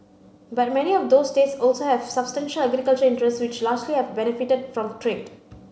but many of those states also have substantial agricultural interests which largely have benefited from trade